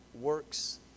works